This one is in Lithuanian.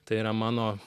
tai yra mano